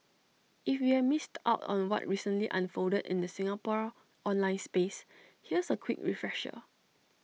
if you've missed out on what recently unfolded in the Singapore online space here's A quick refresher